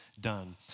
done